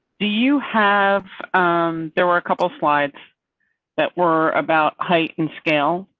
do you have there were a couple of slides that were about height and scale.